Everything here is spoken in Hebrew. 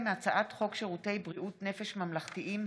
מהצעת חוק שירותי בריאות נפש ממלכתיים,